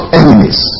enemies